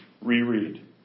Reread